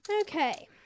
Okay